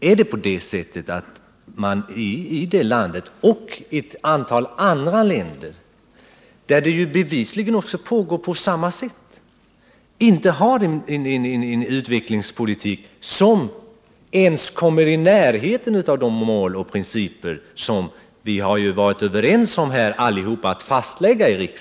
Är det på det sättet att man i detta land och ett antal andra länder — där bevisligen samma saker pågår — inte har någon utvecklingspolitik som ens kommer i närheten av de mål och principer som vi alla i riksdagen varit överens om att fastlägga?